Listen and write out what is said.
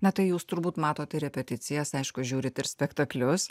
na tai jūs turbūt matot ir repeticijas aišku žiūri ir spektaklius